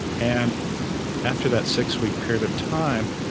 and after that six-week period of time,